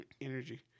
energy